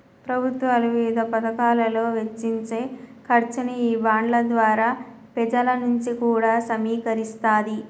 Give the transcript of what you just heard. ప్రభుత్వాలు వివిధ పతకాలలో వెచ్చించే ఖర్చుని ఈ బాండ్ల ద్వారా పెజల నుంచి కూడా సమీకరిస్తాది